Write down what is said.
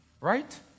right